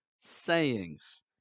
Sayings